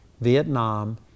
Vietnam